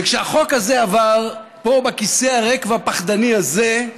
וכשהחוק הזה עבר, פה, בכיסא הריק והפחדני הזה,